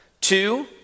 Two